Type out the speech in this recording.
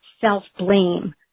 self-blame